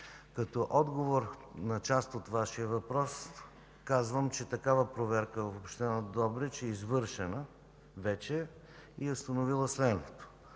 Като отговор на част от Вашия въпрос казвам, че такава проверка в община Добрич е извършена вече и е установила следното: